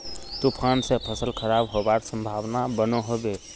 तूफान से फसल खराब होबार संभावना बनो होबे?